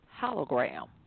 hologram